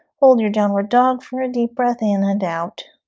hold your downward dog for a deep breath in and out